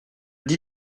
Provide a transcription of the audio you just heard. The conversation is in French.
dis